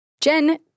Jen